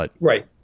Right